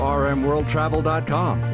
rmworldtravel.com